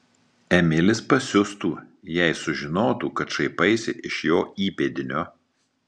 emilis pasiustų jei sužinotų kad šaipaisi iš jo įpėdinio